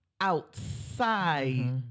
outside